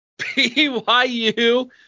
BYU